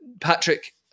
Patrick